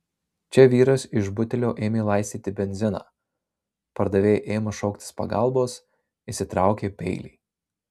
čia vyras iš butelio ėmė laistyti benziną pardavėjai ėmus šauktis pagalbos išsitraukė peilį